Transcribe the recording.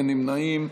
אין נמנעים.